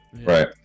Right